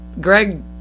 Greg